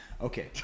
Okay